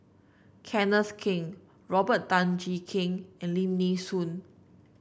Kenneth Keng Robert Tan Jee Keng and Lim Nee Soon